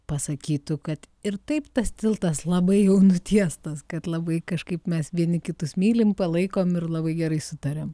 pasakytų kad ir taip tas tiltas labai jau nutiestas kad labai kažkaip mes vieni kitus mylim palaikom ir labai gerai sutariam